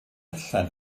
allan